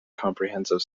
comprehensive